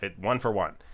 one-for-one